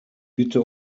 bitte